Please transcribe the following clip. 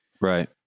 right